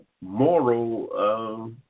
moral